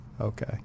Okay